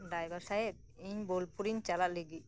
driver ᱥᱟᱦᱮᱵ ᱤᱧ ᱵᱚᱞᱯᱩᱨᱤᱧ ᱪᱟᱞᱟᱜ ᱞᱟᱹᱜᱤᱫᱸ